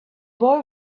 boy